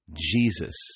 Jesus